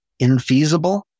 infeasible